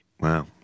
Wow